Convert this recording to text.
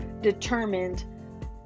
determined